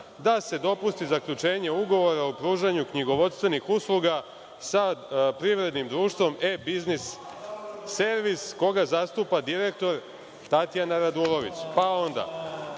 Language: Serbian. da se dopusti zaključenje ugovora o pružanju knjigovodstvenih usluga sa privrednim društvom „E-biznis servis“, koga zastupa direktor Tatjana Radulović. Pa, onda,